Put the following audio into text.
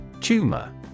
Tumor